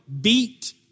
beat